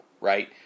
right